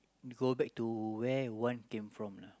go back to where you one came from lah